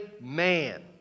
man